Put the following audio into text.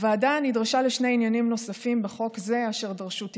הוועדה נדרשה לשני עניינים נוספים בחוק זה אשר דרשו תיקון: